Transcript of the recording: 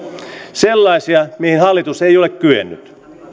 sellaisia mihin hallitus ei ole kyennyt